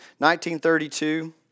1932